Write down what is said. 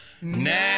now